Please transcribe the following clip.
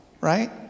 Right